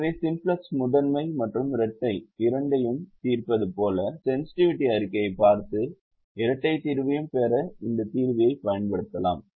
எனவே சிம்ப்ளக்ஸ் முதன்மை மற்றும் இரட்டை இரண்டையும் தீர்ப்பது போல சென்ஸ்ட்டிவிட்டி அறிக்கையைப் பார்த்து இரட்டை தீர்வையும் பெற இந்த தீர்வியைப் பயன்படுத்தலாம்